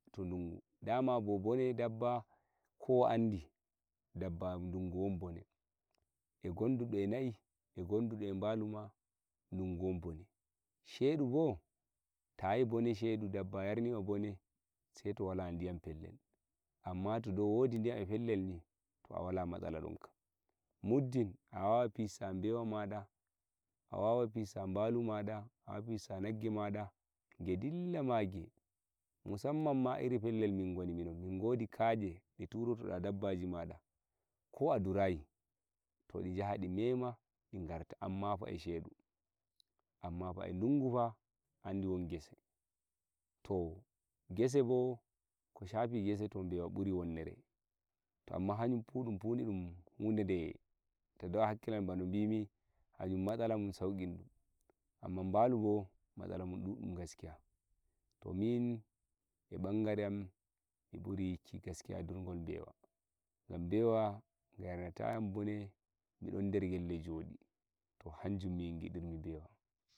dum dungu da ma bone dabba ko andi dabba won bone e gondudo e naieh gondudo eh baluma dunguwon bone shedu bo dabba yarni ma bon sai to wala ndiyam fellere den amma to dai wodi ndiyam eh fellere den to a wala matsala donkam muddin a wawai pissa bewa mada a wawai pissa balu mada a wawai pissa nagge mada ge dilla mage musamman irin fellere min goni min godi kade di turo da dabbaji mada ko a ndurayi to di jahadimema di ngarta amma fa e shedu amma fa eh dungu fa hanjum won gese to bo ko shafi gese to bewa buri wonnere to amma hanum fu dum hude dum hakkilana bano bimi hanum matsala mun sauki mun amma nbalu bo matsala mun duddun fa to min e bangare am mi buri yikki gaskiya ndurgol bewa gam bewa ga yarnata yam bone mi don nder gelle jodi to hanjum min gidirmi bewa